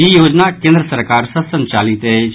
ई योजना केंद्र सरकार सॅ संचालित अछि